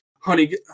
honey